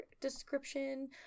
description